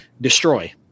destroy